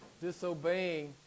disobeying